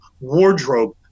wardrobe